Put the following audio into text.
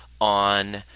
on